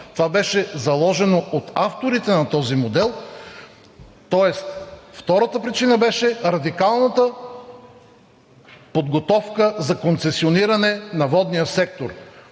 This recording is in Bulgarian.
това беше заложено от авторите на този модел, тоест втората причина беше радикалната подготовка за концесиониране на водния сектор.